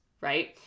right